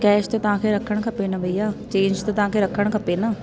cash त तव्हांखे रखणु खपे न भईया चेंज त तव्हांखे रखणु खपे न